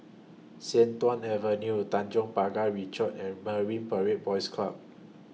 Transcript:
Sian Tuan Avenue Tanjong Pagar Ricoh and Marine Parade Boys Club